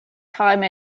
time